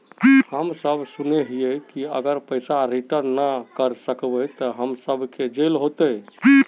हम सब सुनैय हिये की अगर पैसा रिटर्न ना करे सकबे तो हम सब के जेल होते?